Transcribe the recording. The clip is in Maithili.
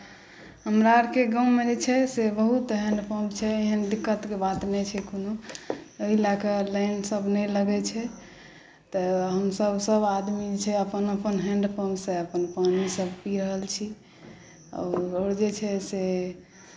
हमरा आरके गाँवमे ई छै से बहुत हैण्डपम्प छै एहन दिक्कतके बात नहि छै कोनो ओहि लऽ कऽ लाइनसभ नहि लगैत छै तऽ हमसभ सभ आदमी जे छै अपन अपन हैण्डपम्पसँ अपन पानीसभ पी रहल छी आओर जे छै से